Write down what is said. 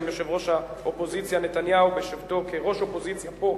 גם יושב-ראש האופוזיציה נתניהו בשבתו כראש אופוזיציה פה,